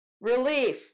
Relief